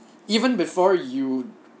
even before you